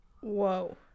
whoa